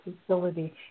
facility